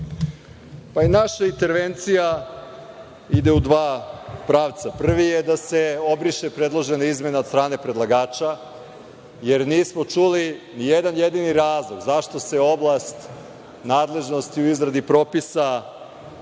I naša intervencija ide u dva pravca. Prvi je da se obriše predložena izmena od strane predlagača, jer nismo čuli nijedan jedini razlog zašto se oblast nadležnosti u izradi propisa